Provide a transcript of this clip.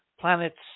planets